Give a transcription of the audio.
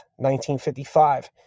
1955